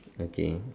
okay